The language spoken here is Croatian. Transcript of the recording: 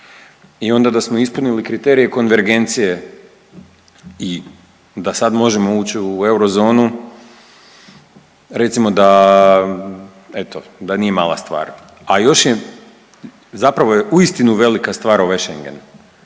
i onda da smo ispunili kriterije konvergencije i da sad možemo uć u eurozonu recimo da eto da nije mala stvar, a još je, zapravo je uistinu velika stvar ovaj Schengen.